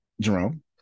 jerome